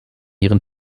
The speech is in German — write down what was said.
ihren